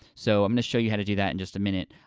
so i'm gonna show you how to do that in just a minute,